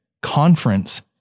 conference